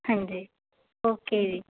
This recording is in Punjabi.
ਹਾਂਜੀ ਓਕੇ ਜੀ